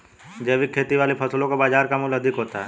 जैविक खेती वाली फसलों का बाजार मूल्य अधिक होता है